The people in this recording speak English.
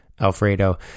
Alfredo